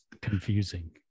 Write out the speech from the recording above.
confusing